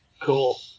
Cool